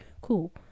cool